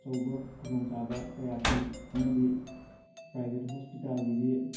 ꯑꯆꯧꯕ ꯈꯨꯗꯣꯡ ꯆꯥꯕ ꯀꯌꯥ ꯄꯤ ꯑꯃꯗꯤ ꯄ꯭ꯔꯥꯏꯕꯦꯠ ꯍꯣꯁꯄꯤꯇꯥꯜꯒꯤꯗꯤ